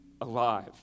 alive